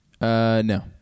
No